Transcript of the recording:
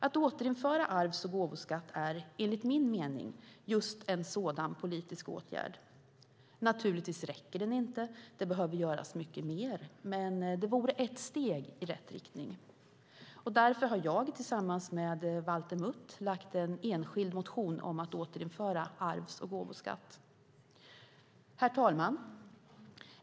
Att återinföra arvs och gåvoskatt är enligt min mening just en sådan politisk åtgärd. Naturligtvis räcker den inte - det behöver göras mycket mer - men det vore ett steg i rätt riktning. Därför har jag tillsammans med Valter Mutt lagt fram en enskild motion om att återinföra arvs och gåvoskatt. Herr talman!